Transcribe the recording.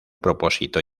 propósito